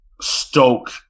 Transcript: stoke